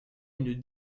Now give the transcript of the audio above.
une